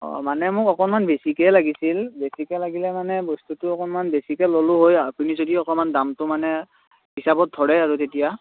অ' মানে মোক অকণমান বেছিকেই লাগিছিল বেছিকৈ লাগিলে মানে বস্তুটো অলপমান বেছিকৈ ল'লোঁ হয় আপুনি যদি অকণমান দামটো মানে হিচাপত ধৰে আৰু তেতিয়া